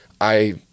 I-